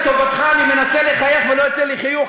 לטובתך אני מנסה לחייך ולא יוצא לי חיוך,